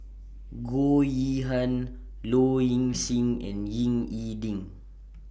Goh Yihan Low Ing Sing and Ying E Ding